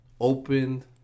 opened